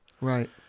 Right